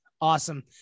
Awesome